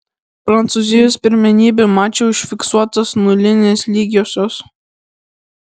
prancūzijos pirmenybių mače užfiksuotos nulinės lygiosios